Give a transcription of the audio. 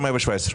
התקציבים.